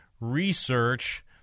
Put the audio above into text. Research